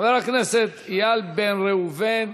חבר הכנסת איל בן ראובן,